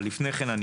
אבל לפני כן,